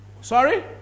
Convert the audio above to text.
Sorry